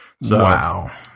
Wow